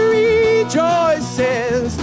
rejoices